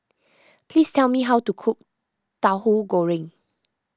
please tell me how to cook Tauhu Goreng